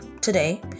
today